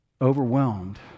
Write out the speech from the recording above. overwhelmed